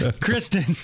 Kristen